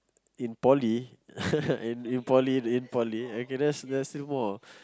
in poly in in poly in poly okay there's there's still more